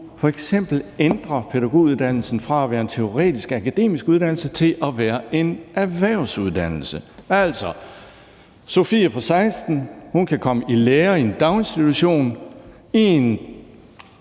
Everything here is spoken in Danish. f.eks. ændre pædagoguddannelsen fra at være en teoretisk-akademisk uddannelse til at være en erhvervsuddannelse. Sophie på 16 år kan komme i lære i en daginstitution i et